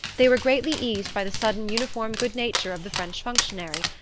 they were greatly eased by the sudden uniform good-nature of the french functionary,